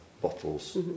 bottles